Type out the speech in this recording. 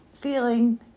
feeling